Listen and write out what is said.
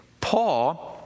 Paul